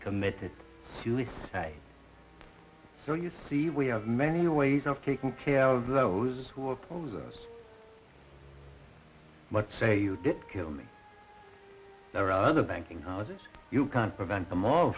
committed suicide so you see we have many ways of taking care of those who oppose us but say you did kill me or other banking houses you can't prevent them all